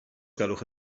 gwelwch